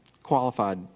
Qualified